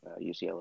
UCLA